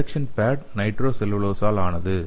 detection pad நைட்ரோசெல்லுலோஸால் ஆனது